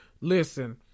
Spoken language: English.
Listen